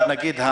נגיד,